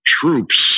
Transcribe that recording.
troops